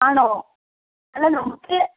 ആണോ എന്നാൽ നോക്ക്